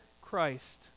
Christ